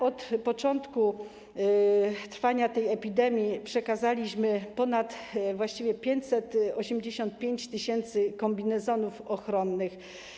Od początku trwania tej epidemii przekazaliśmy właściwie ponad 585 tys. kombinezonów ochronnych.